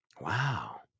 Wow